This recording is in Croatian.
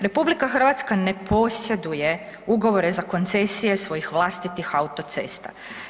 RH ne posjeduje ugovore za koncesije svojih vlastitih autocesta.